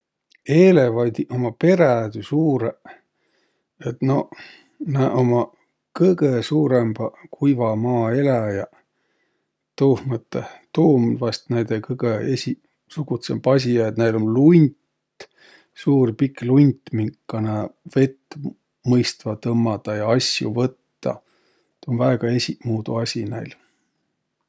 Eelevandiq ummaq perädü suurõq. Et noq, nä ummaq kõgõ suurõmbaq kuivamaa eläjäq. Tuuh mõttõh, et tuu um vaest näide kõgõ esiqsugutsõmb asi. Ja et näil um lunt, suur, pikk lunt, minka nä vett mõistvaq tõmmadaq ja asjo võttaq. Tuu um väega esiqmuudu asi näil.